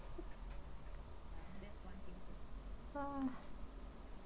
!wah!